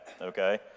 okay